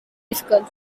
difficult